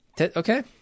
Okay